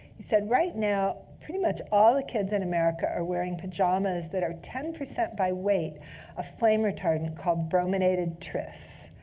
he said, right now, pretty much all the kids in america are wearing pajamas that are ten percent by weight a flame retardant called brominated tris.